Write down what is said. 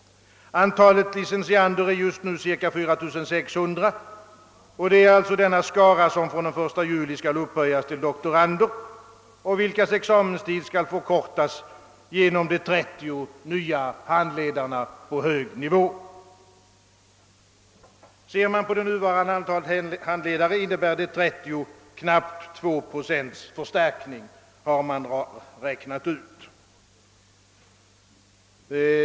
Antalet licentiander är just nu cirka 4 600, och det är alltså denna skara som från den 1 juli skall upphöjas till doktorander och vilkas examenstid skall förkortas genom de 30 nya handledarna på hög nivå. I förhållande till det nuvarande antalet innebär tillsättandet av de 30 nya handledarna knappt 2 procents förstärkning, har man räknat ut.